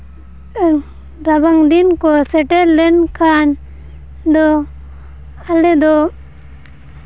ᱨᱟᱵᱟᱝ ᱫᱤᱱ ᱥᱮᱴᱮᱨ ᱞᱮᱱᱠᱷᱟᱱ ᱫᱚ ᱟᱞᱮ ᱫᱚ